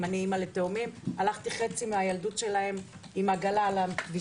אני בעצמי טיילתי ל אמעט בחו"ל.